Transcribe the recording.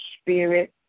spirit